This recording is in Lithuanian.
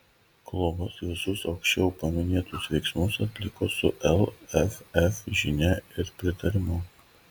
klubas visus aukščiau paminėtus veiksmus atliko su lff žinia ir pritarimu